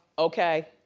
okay?